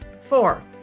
Four